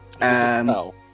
No